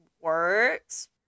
works